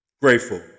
Grateful